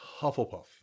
hufflepuff